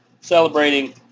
celebrating